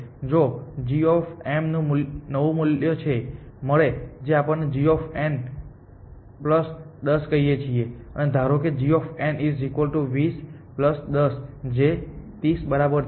અને જો g ને નવું મૂલ્ય મળે જેને આપણે g 10 કહીએ છીએ અને ધારો કે g 20 10 જે 30 બરાબર છે